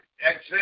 exit